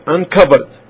Uncovered